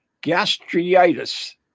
gastritis